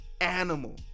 animal